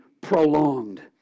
prolonged